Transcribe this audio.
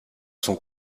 son